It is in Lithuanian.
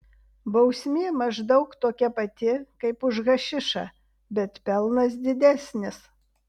bausmė maždaug tokia pati kaip už hašišą bet pelnas didesnis